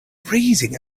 freezing